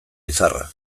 izarra